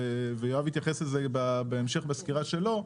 ויואב יתייחס לזה בהמשך בסקירה שלו,